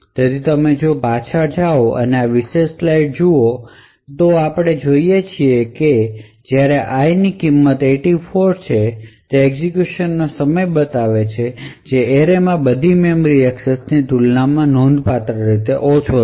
તેથી જો તમે પાછા જાઓ અને આ વિશેષ સ્લાઇડ જુઓ તો આપણે જોઈએ છીએ તે છે કે જ્યારે i ની કિંમત 84 છે તે એક્ઝેક્યુશનનો સમય બતાવે છે જે તે એરેમાંની બધી મેમરી એક્સેસની તુલનામાં નોંધપાત્ર રીતે ઓછો છે